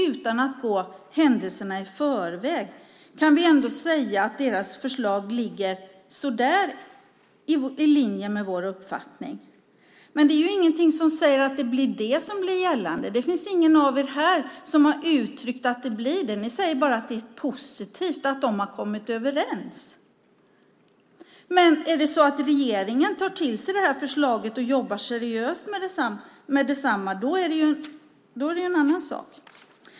Utan att gå händelserna i förväg kan vi ändå säga att deras förslag ligger någorlunda i linje med vår uppfattning. Men det är ingenting som säger att det blir gällande. Det finns ingen av er här som har uttryckt att det blir det. Ni säger bara att det är positivt att de har kommit överens. Men om regeringen tar till sig detta förslag och jobbar seriöst med detsamma är det en annan sak.